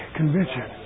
convention